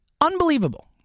Unbelievable